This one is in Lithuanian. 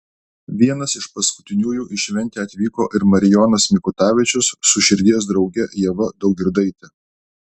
vienas paskutiniųjų į šventę atvyko ir marijonas mikutavičius su širdies drauge ieva daugirdaite